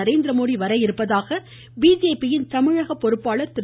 நரேந்திரமோடி வரவிருப்பதாக பிஜேபியின் தமிழக பொறுப்பாளர் திரு